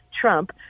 Trump